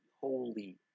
holy